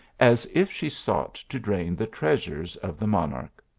as if she sought to drain the treasures of the monarch.